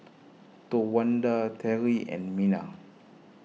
Towanda Teri and Mena